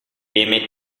aimais